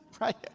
Right